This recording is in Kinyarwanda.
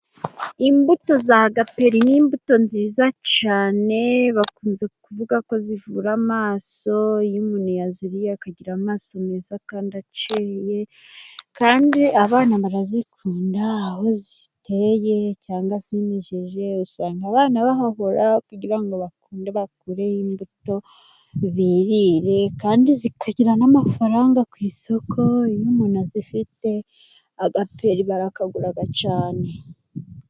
Imbuto za gaperi n'imbuto nziza cyane bakunze kuvuga ko zivura amaso, iyo umuntu yaziriye akagira amaso meza kandi acyeye kandi abana barazikunda. Aho ziteye cyangwa zimejeje usanga abana bahahora kugira ngo bakunde bakureho imbuto birire kandi zikagira zikagira n'amafaranga ku isoko iyo umuntu azifite agaperi barakagura cyane.